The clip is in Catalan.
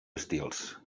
estils